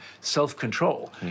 self-control